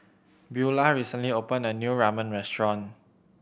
Buelah recently opened a new Ramen Restaurant